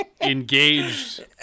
engaged